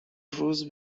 روز